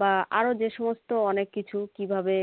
বা আরও যে সমস্ত অনেক কিছু কীভাবে